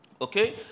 Okay